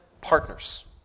partners